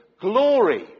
glory